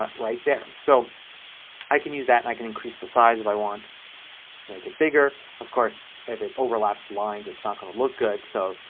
ah right there. so i can use that. i can increase the size if i want to make it bigger. of course if it overlaps lines it's not going to look good. so,